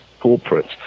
corporates